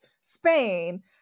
spain